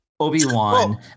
Obi-Wan